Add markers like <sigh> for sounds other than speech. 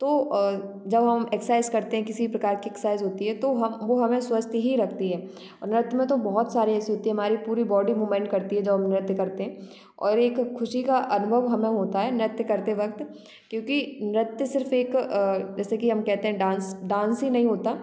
तो जब हम एक्साइज़ करते हैं किसी प्रकार की एक्साइज़ होती है तो हम वो हमें स्वस्थ ही रखती है और नृत्य में तो बहुत सारे ऐसी होती है हमारी पूरी बॉडी मूमेंट करती है <unintelligible> हम नृत्य करते हैं और एक खुशी का अनुभव हमें होता है नृत्य करते वक्त क्योंकि नृत्य सिर्फ एक जैसे कि हम कहते हैं डांस डांस ही नहीं होता